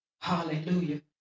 Hallelujah